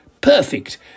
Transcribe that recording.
perfect